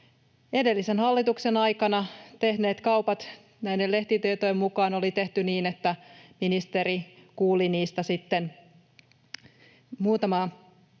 Edellisen hallituksen aikana tehdyt kaupat oli näiden lehtitietojen mukaan tehty niin, että ministeri kuuli niistä muutamaa